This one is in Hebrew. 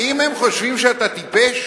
האם הם חושבים שאתה טיפש?